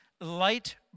light